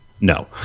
No